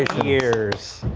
years.